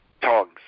Tongs